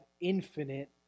infinite